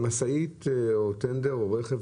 אם משאית או רכב